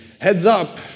heads-up